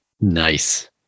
Nice